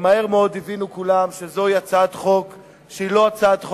מהר מאוד הבינו כולם שזוהי לא הצעת חוק שאפשר